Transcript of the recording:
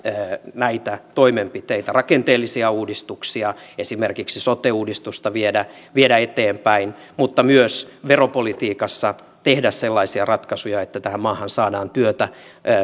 näitä toimenpiteitä rakenteellisia uudistuksia esimerkiksi sote uudistusta viedä viedä eteenpäin mutta myös veropolitiikassa sellaisia ratkaisuja että tähän maahan saadaan työtä